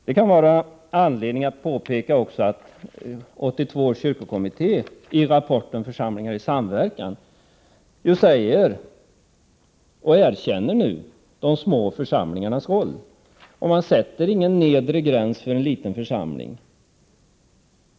Det kan finnas anledning att påpeka att 1982 års kyrkokommitté i rapporten Församlingar i samverkan erkänner de små församlingarnas roll. Det sätts ingen nedre gräns för en liten församling.